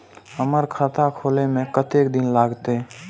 हमर खाता खोले में कतेक दिन लगते?